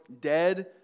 dead